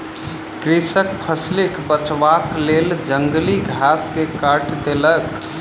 कृषक फसिलक बचावक लेल जंगली घास के काइट देलक